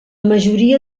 majoria